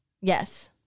Yes